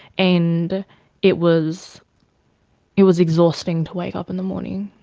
and it was it was exhausting to wake up in the morning,